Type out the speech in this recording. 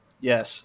yes